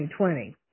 2020